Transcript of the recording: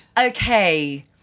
Okay